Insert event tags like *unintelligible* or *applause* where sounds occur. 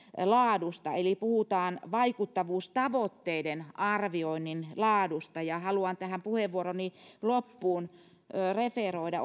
laadusta eli puhutaan vaikuttavuustavoitteiden arvioinnin laadusta ja haluan tähän puheenvuoroni loppuun oikeastaan referoida *unintelligible*